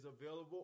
available